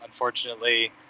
Unfortunately